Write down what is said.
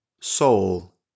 soul